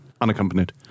unaccompanied